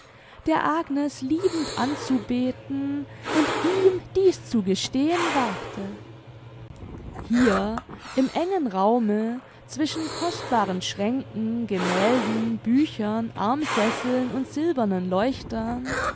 der agnes liebend anzubeten und ihm dieß zu gestehen wagte hier im engen raume zwischen kostbaren schränken gemälden büchern armsesseln und silbernen leuchtern